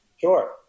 Sure